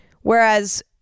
Whereas